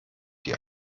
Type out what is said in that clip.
die